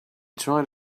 tried